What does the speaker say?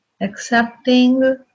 Accepting